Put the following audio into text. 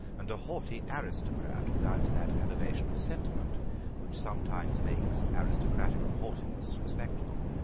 and a haughty aristocrat without that elevation of sentiment which sometimes makes aristocratical haughtiness respectable.